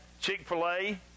chick-fil-a